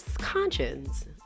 conscience